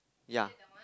ya